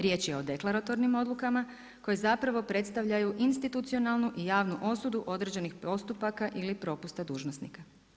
Riječ je o deklaratornim odlukama koji zapravo predstavljaju institucionalnu i javnu osudu određenih postupaka ili propusta dužnosnika.